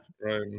Right